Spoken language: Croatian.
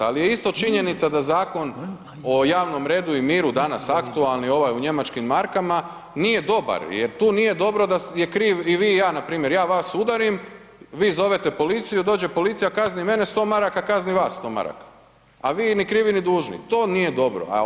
Ali je isto činjenica da Zakon o javnom redu i miru danas aktualni ovaj u njemačkim markama nije dobar jer tu nije dobro da ste krivi i vi i ja, npr. ja vas udarim, vi zovete policiju, dođe policija kazni mene 100 maraka, kazni vas 100 maraka, a vi ni krivi ni dužni i to nije dobro.